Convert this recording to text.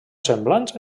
semblants